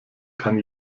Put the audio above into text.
kann